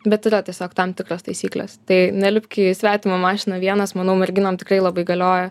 bet yra tiesiog tam tikros taisyklės tai nelipk į svetimą mašiną vienas manau merginom tikrai labai galioja